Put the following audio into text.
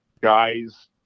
Guys